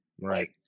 Right